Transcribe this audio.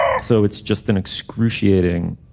so it's just an excruciating